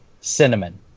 cinnamon